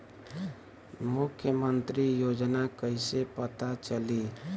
मुख्यमंत्री योजना कइसे पता चली?